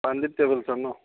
প্ৰাণজিৎ ট্ৰেভেলছত নহ্